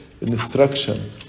instruction